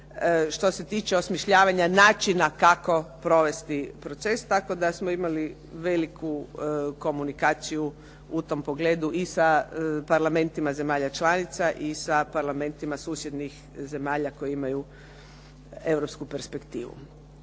što se tiče osmišljavanja načina kako provesti proces. Tako da smo imali veliku komunikaciju u tom pogledu i sa parlamentima zemalja članica i sa parlamentima susjednih zemalja koje imaju europsku perspektivu.